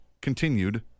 continued